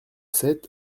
sept